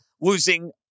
losing